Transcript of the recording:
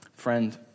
Friend